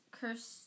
cursed